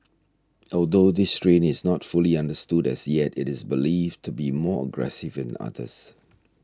although this strain is not fully understood as yet it is believed to be more aggressive than others